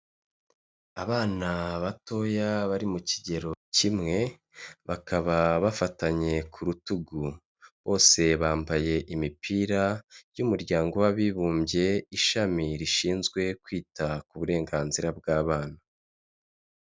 Abana batoya bari mu kigero kimwe bakaba bafatanye ku rutugu, bose bambaye imipira y'umuryango w'abibumbye ishami rishinzwe kwita ku burenganzira bw'abana.